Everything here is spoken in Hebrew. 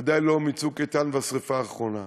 ודאי לא מ"צוק איתן" ומהשרפה האחרונה,